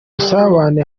busabane